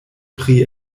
pri